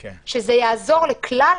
זה יעבור לכלל